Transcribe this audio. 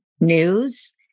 News